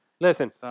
listen